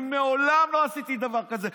אני מעולם לא עשיתי דבר כזה,